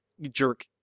jerk